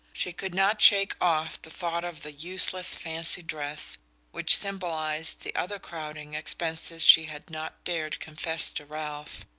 she could not shake off the thought of the useless fancy dress which symbolized the other crowding expenses she had not dared confess to ralph.